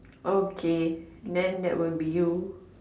okay then that will be you